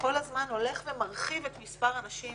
כל הזמן הולך ומרחיב את מספר הנשים